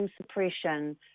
suppression